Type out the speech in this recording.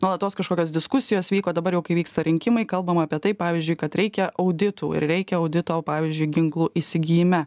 nuolatos kažkokios diskusijos vyko dabar jau kai vyksta rinkimai kalbama apie tai pavyzdžiui kad reikia auditų ir reikia audito pavyzdžiui ginklų įsigijime